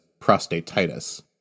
prostatitis